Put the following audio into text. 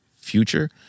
Future